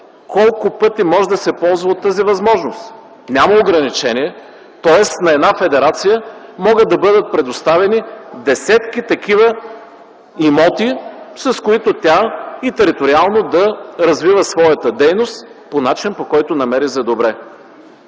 колко пъти може да се ползва от тази възможност. Няма ограничение. Тоест, на една федерация могат да бъдат предоставени десетки такива имоти, с които тя и териториално да развива своята дейност по начин, по който намери за добре.